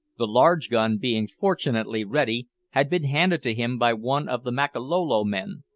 the large gun being fortunately ready, had been handed to him by one of the makololo men.